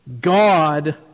God